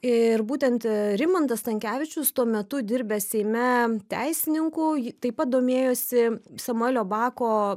ir būtent rimantas stankevičius tuo metu dirbęs seime teisininku taip pat domėjosi samuelio bako